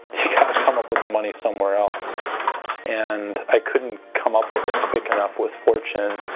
kind of come up with the money somewhere else and i couldn't come up with it quick enough with fortune.